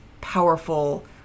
powerful